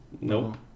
Nope